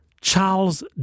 Charles